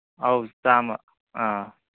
ꯑꯧ ꯆꯥꯝꯃ ꯑ